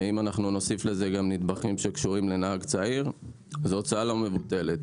ואם אנחנו נוסיף לזה גם נדבכים שקשורים לנהג צעיר זו הוצאה לא מבוטלת.